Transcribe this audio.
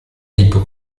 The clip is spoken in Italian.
gli